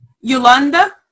Yolanda